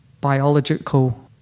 biological